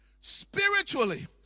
Spiritually